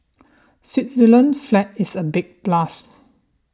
Switzerland's flag is a big plus